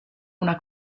una